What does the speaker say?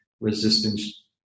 resistance